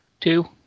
Two